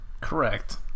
Correct